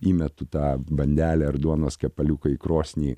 įmetu tą bandelę ar duonos kepaliuką į krosnį